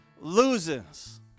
loses